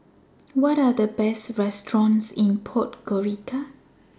What Are The Best restaurants in Podgorica